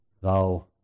thou